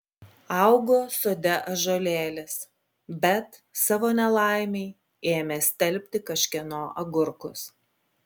augo sode ąžuolėlis bet savo nelaimei ėmė stelbti kažkieno agurkus